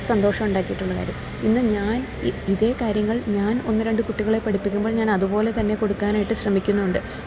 സന്തോഷം ഉണ്ടാക്കിയിട്ടുള്ള കാര്യം ഇന്ന് ഞാൻ ഇതേ കാര്യങ്ങള് ഞാൻ ഒന്ന് രണ്ട് കുട്ടികളെ പഠിപ്പിക്കുമ്പോൾ ഞാൻ അതുപോലെ തന്നെ കൊടുക്കാനായിട്ട് ശ്രമിക്കുന്നുണ്ട്